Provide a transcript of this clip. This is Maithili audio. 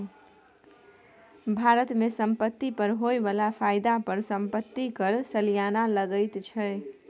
भारत मे संपत्ति पर होए बला फायदा पर संपत्ति कर सलियाना लगैत छै